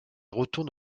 retourne